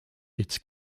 its